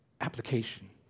application